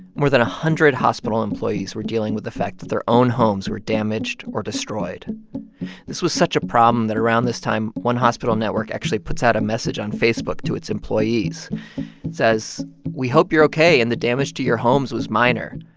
more than a hundred hospital employees were dealing with the fact that their own homes were damaged or destroyed this was such a problem that around this time, one hospital network actually puts out a message on facebook to its employees. it says, we hope you're ok and the damage to your homes was minor.